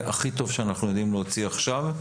הכי טוב שאנחנו יודעים להוציא עכשיו.